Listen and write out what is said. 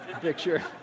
picture